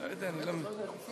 אתה לא יודע איך עושים את זה?